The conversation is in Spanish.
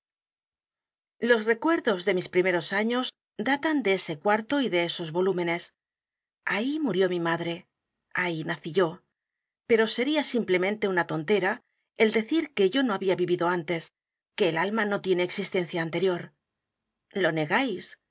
los recuerdos de mis primeros años datan de ese cuarto y de esos volúmenes ahí murió mi madre ahí nací yo pero sería simplemente una tontera el decir que yo no había vivido antes que el alma no tiene existencia anterior lo negáis